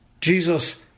Jesus